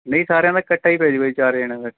ਨਹੀਂ ਸਾਰਿਆਂ ਦਾ ਇਕੱਠਾ ਹੀ ਪੈਜੂਗਾ ਜੀ ਚਾਰ ਜਣਿਆਂ ਦਾ